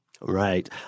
Right